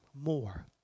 more